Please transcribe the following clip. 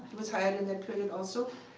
was hired in that period also.